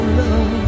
love